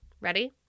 ready